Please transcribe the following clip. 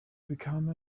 become